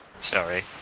sorry